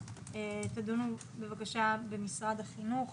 תדונו בבקשה במשרד החינוך,